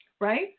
right